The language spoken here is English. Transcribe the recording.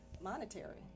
monetary